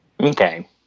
Okay